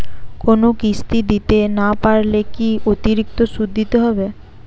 কোনো কিস্তি দিতে না পারলে কি অতিরিক্ত সুদ দিতে হবে?